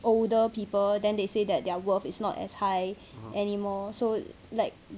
older people then they say that they're worth is not as high anymore so like